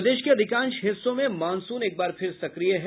प्रदेश के अधिकांश हिस्सों में मानसून एकबार फिर सक्रिय है